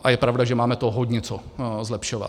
A je pravda, že máme toho hodně co zlepšovat.